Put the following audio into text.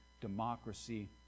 democracy